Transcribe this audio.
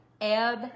ebb